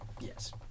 Yes